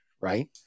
right